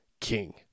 king